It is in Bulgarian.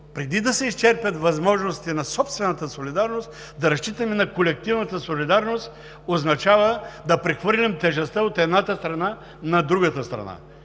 преди да се изчерпят възможностите на собствената солидарност да разчитаме на колективната солидарност означава да прехвърлим тежестта от едната страна на другата страна,